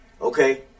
okay